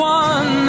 one